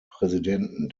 präsidenten